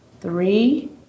three